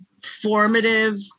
formative